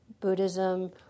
Buddhism